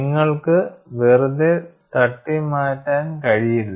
നിങ്ങൾക്ക് വെറുതെ തട്ടിമാറ്റാൻ കഴിയില്ല